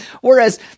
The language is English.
Whereas